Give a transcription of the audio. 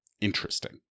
interesting